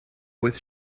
with